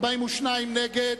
42 נגד,